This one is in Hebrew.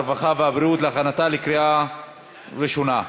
הרווחה והבריאות להכנתה לקריאה ראשונה.